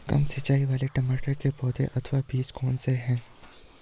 कम सिंचाई वाले टमाटर की पौध अथवा बीज कौन से हैं?